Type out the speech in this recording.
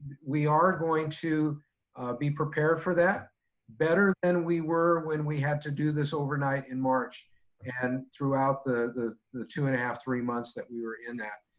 we are going to be prepared for that better than we were when we had to do this overnight in march and throughout the the two and a half, three months that we were in that.